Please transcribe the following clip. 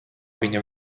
viņa